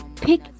pick